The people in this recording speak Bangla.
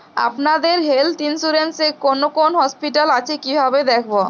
আপনাদের হেল্থ ইন্সুরেন্স এ কোন কোন হসপিটাল আছে কিভাবে দেখবো?